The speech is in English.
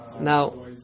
Now